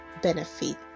benefit